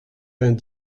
vingt